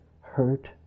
hurt